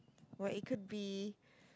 but it could be